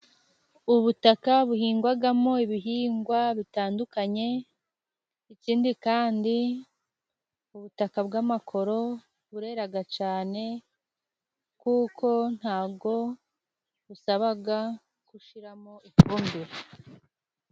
Ubutaka buhingwamo ibihingwa bitandukanye, ikindi kandi ubutaka bw'amakoro burera cyane, kuko ntabwo bisaba gushyiramo ifumbire.